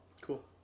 Cool